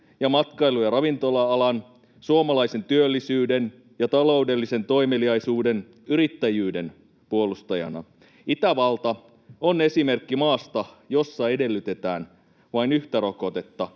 matkailu‑ ja ravintola-alan, suomalaisen työllisyyden, taloudellisen toimeliaisuuden ja yrittäjyyden puolustajana? Itävalta on esimerkki maasta, jossa edellytetään vain yhtä rokotetta,